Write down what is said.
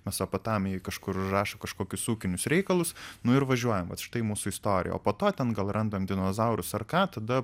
mesopotamijoj kažkur užrašo kažkokius ūkinius reikalus nu ir važiuojam vat štai mūsų istorija o po to ten gal randam dinozaurus ar ką tada